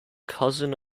cousin